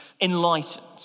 enlightened